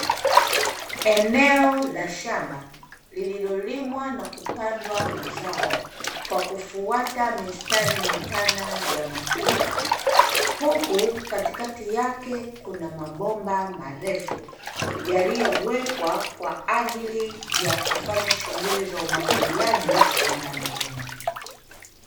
Eneo la shamba lililolimwa na kupandwa mazao, kwa kufuata mistari mipana ya matuta; huku katikati yake kuna mabomba marefu yaliyowekwa kwa ajili ya kufanya shughuli za umwagiliaji shambani humo.